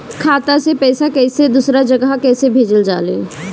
खाता से पैसा कैसे दूसरा जगह कैसे भेजल जा ले?